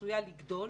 עשויה לגדול